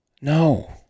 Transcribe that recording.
no